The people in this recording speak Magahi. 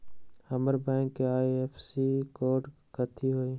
हमर बैंक के आई.एफ.एस.सी कोड कथि हई?